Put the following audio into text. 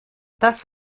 das